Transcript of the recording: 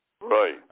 Right